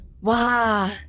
Wow